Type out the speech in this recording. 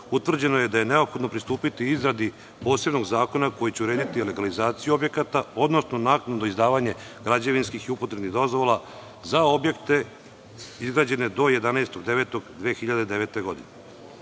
utvrđeno je da je neophodno pristupiti izradi posebnog zakona koji će urediti legalizaciju objekata, odnosno naknadno izdavanje građevinskih i upotrebnih dozvola za objekte izgrađene do 11.9.2009. godine. Ne